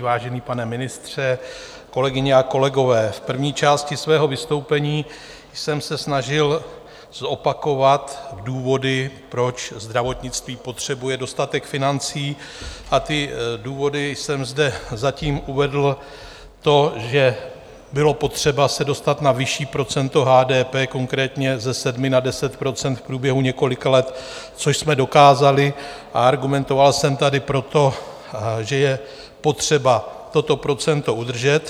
Vážený pane ministře, kolegyně a kolegové, v první části svého vystoupení jsem se snažil zopakovat důvody, proč zdravotnictví potřebuje dostatek financí, a ty důvody, které jsem zde zatím uvedl, byly, že bylo potřeba se dostat na vyšší procento HDP, konkrétně ze 7 na 10 % v průběhu několika let, což jsme dokázali, a argumentoval jsem tady, že je potřeba toto procento udržet.